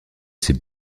ces